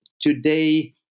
today